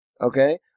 Okay